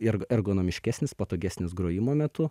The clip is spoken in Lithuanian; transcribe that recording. ir ergonomiškesnis patogesnis grojimo metu